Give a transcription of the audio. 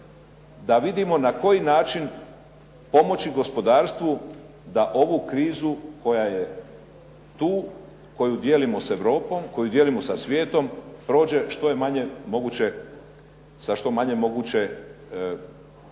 da vidimo na koji način pomoći gospodarstvu da ovu krizu koja je tu, koju dijelimo sa Europom, koju dijelimo sa svijetom prođe što je manje moguće, sa što